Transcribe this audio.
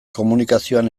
komunikazioan